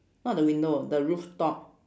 not the window the roof top